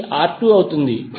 అది R2 అవుతుంది